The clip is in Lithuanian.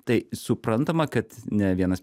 tai suprantama kad ne vienas